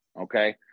Okay